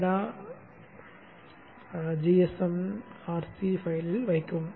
கெடா ஜிஎஸ்கேம் ஆர்சி ஃபைலில் வைக்கவும்